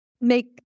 make